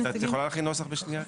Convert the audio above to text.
את יכולה להכין נוסח בשנייה?